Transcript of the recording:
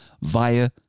via